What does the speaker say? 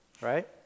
right